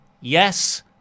yes